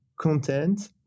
content